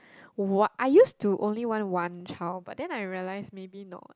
what I used to only want one child but then I realise maybe not